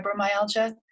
fibromyalgia